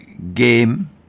Game